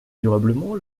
durablement